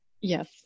Yes